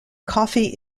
coffee